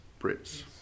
Brits